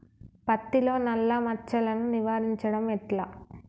పత్తిలో నల్లా మచ్చలను నివారించడం ఎట్లా?